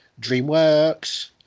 DreamWorks